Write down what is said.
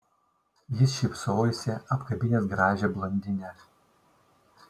jis šypsojosi apkabinęs gražią blondinę